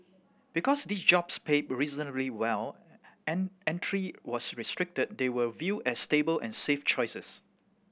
because these jobs paid reasonably well and entry was restricted they were viewed as stable and safe choices